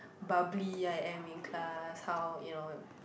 bubbly I am in class how you know